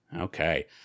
Okay